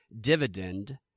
dividend